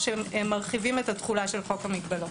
כשמרחיבים את תחולת חוק המגבלות.